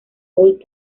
old